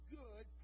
good